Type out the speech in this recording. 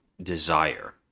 Desire